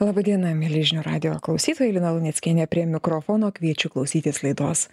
laba diena mieli žinių radijo klausytojai lina luneckienė prie mikrofono kviečiu klausytis laidos